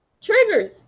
Triggers